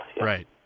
Right